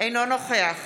אינו נוכח